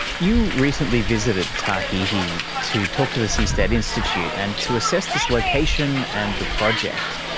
you recently visited tahiti to talk to the seasteading institute and to assess this location and the project.